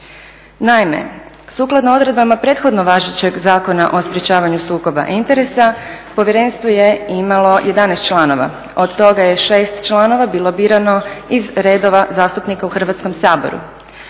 Naime, sukladno odredbama prethodno važećeg Zakona o sprječavanju sukoba interesa povjerenstvo je imalo 11 članova. Od toga je 6 članova bilo birano iz redova zastupnika u Hrvatskom saboru